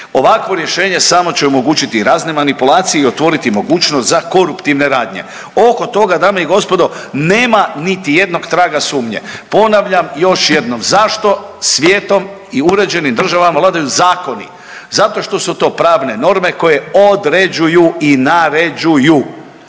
Ovakvo rješenje samo će omogućiti razne manipulacije i otvoriti mogućnost za koruptivne radnje. Oko toga dame i gospodo nema niti jednog traga sumnje. Ponavljam još jednom zašto svijetom i uređenim državama vladaju zakoni? Zato što su to pravne norme koje određuju i naređuju.